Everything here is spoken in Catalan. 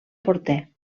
porter